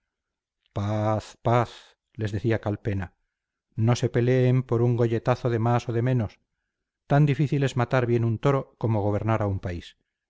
paz les decía calpena no se peleen por un golletazo de más o de menos tan difícil es matar bien un toro como gobernar a un país